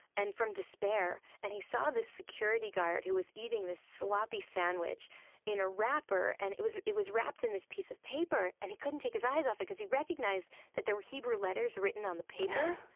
and from despair. and he saw this security guard who was eating this sloppy sandwich in a wrapper. and it was it was wrapped in this piece of paper, and he couldn't take his eyes off it, because he recognized that there were hebrew letters written on the paper.